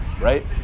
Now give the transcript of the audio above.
right